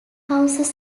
houses